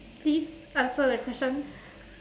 please answer the question